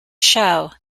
show